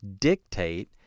dictate